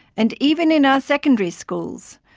and even in our secondary schools,